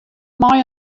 mei